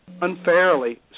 unfairly